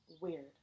weird